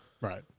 Right